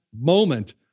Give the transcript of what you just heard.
moment